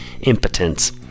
impotence